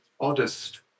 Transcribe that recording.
Oddest